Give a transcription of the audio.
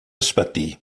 ysbyty